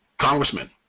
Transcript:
congressman